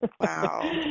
Wow